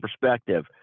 perspective